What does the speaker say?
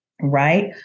right